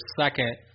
second